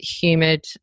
humid